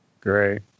Great